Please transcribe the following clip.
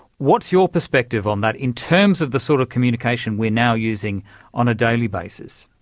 what's your perspective on that in terms of the sort of communication we're now using on a daily basis.